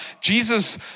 Jesus